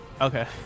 Okay